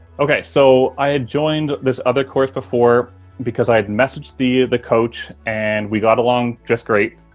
okay, so i joined this other course before because i messaged the the coach and we got along just great.